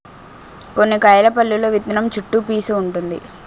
కొన్ని కాయల పల్లులో విత్తనం చుట్టూ పీసూ వుంటుంది